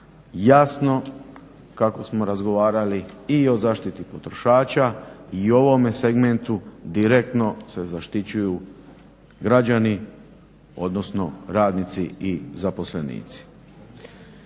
Jasno kako smo razgovarali i o zaštiti potrošača i o ovome segmentu direktno se zaštićuju građani odnosno radnici i zaposlenici.